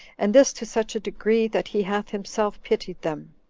and this to such a degree, that he hath himself pitied them.